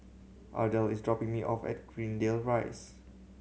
Ardell is dropping me off at Greendale Rise